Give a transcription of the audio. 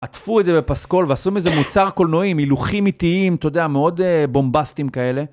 עטפו את זה בפסקול ועשו מזה מוצר קולנועי, עם הילוכים איטיים, אתה יודע, מאוד בומבסטים כאלה.